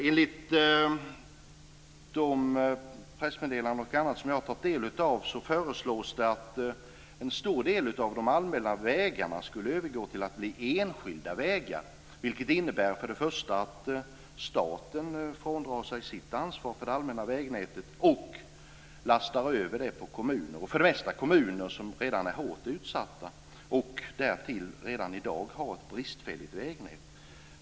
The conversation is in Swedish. Enligt de pressmeddelanden och annat som jag har tagit del av föreslås det att en stor del av de allmänna vägarna skulle övergå till att bli enskilda vägar. Det innebär först och främst att staten fråndrar sig sitt ansvar för det allmänna vägnätet och lastar över det på kommuner. Det är för det mesta kommuner som redan är hårt utsatta och därtill redan i dag har ett bristfälligt vägnät.